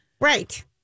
right